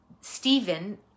Stephen